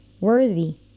worthy